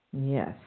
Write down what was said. Yes